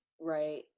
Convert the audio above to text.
Right